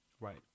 Right